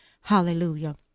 hallelujah